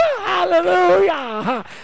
hallelujah